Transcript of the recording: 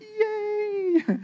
Yay